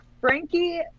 Frankie